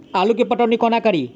आलु केँ पटौनी कोना कड़ी?